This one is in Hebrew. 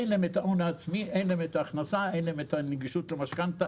אין להם הון עצמי ואין להם הכנסה ונגישות למשכנתא.